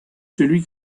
celui